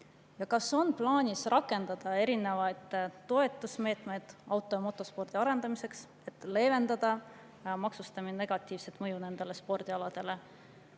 Kas on plaanis rakendada erinevaid toetusmeetmeid auto- ja motospordi arendamiseks, et leevendada maksustamise negatiivset mõju nendele spordialadele?